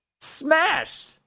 Smashed